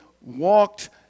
walked